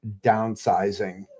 downsizing